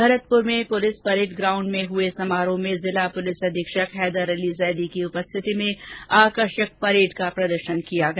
भरतपुर में police parade ground में हुए समारोह में जिला पुलिस अधीक्षक हैदरअली जैदी की उपस्थिति में आकर्षक परैड का प्रदर्शन किया गया